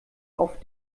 auf